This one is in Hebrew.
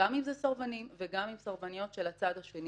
גם אם זה סרבנים וגם אם זה סרבניות של הצד השני.